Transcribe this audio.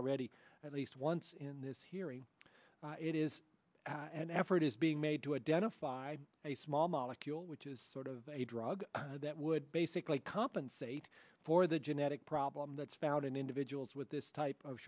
already at least once in this hearing it is an effort is being made to identify a small molecule which is sort of a drug that would basically compensate for the genetic problem that's found in individuals with this type of